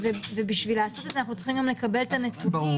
בשביל לעשות את זה אנחנו צריכים לקבל נתונים,